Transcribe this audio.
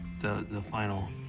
the, the final